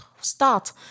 start